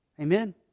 Amen